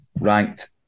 ranked